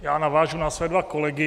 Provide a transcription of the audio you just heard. Já navážu na své dva kolegy.